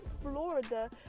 Florida